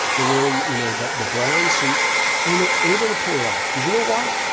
they're wearing you know the the brown suits and they're able to pull it off because you know why?